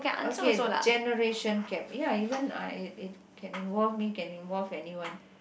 okay generation gap ya even I it can involve me can involve anyone